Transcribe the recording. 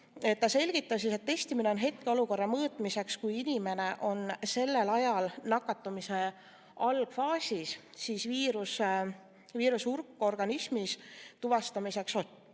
Ta selgitas, et testimine on hetkeolukorra mõõtmiseks. Kui inimene on sellel ajal nakatumise algfaasis, siis viiruse hulk organismis on selle tuvastamiseks liiga